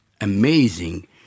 amazing